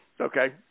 Okay